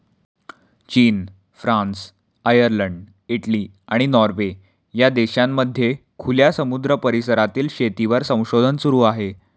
चीन, France, Ireland, Italy, आणि Norway या देशांमध्ये खुल्या समुद्र परिसरातील शेतीवर संशोधन सुरू आहे